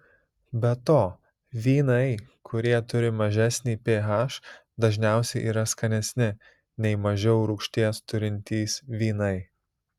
be to vynai kurie turi mažesnį ph dažniausiai yra skanesni nei mažiau rūgšties turintys vynai